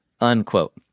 unquote